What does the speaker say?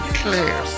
clear